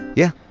yeah